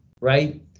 right